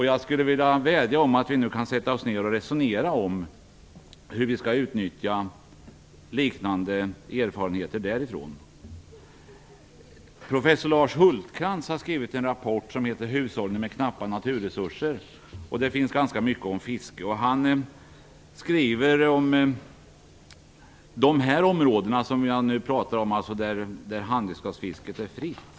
Jag vädjar om att vi nu kan sätta oss ned och resonera om hur vi skall utnyttja dessa erfarenheter. Professor Lars Hultkrantz har skrivit en rapport som heter Hushållning med knappa naturresurser. I den rapporten finns ganska mycket som handlar om fiske. Han skriver om de områden jag talar om nu, där handredskapsfisket är fritt.